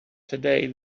today